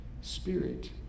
Spirit